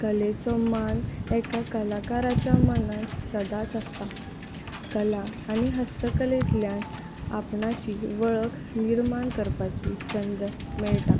कलेचो मान एक कलाकराच्या मनांत सदांच आसता कला आनी हस्तकलेंतल्यान आपणाची वळख निर्माण करपाची संद मेळटा